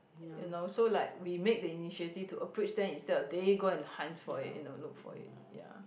you know so like we make the initiative to approach them instead of they go and hunt for it look for it ya